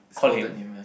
scolded him ah